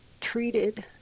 treated